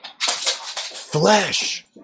Flesh